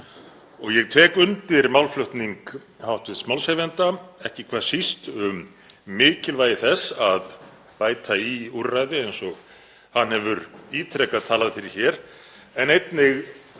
Ég tek undir málflutning hv. málshefjanda, ekki hvað síst um mikilvægi þess að bæta í úrræði, eins og hann hefur ítrekað talað fyrir hér,